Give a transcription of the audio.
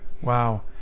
Wow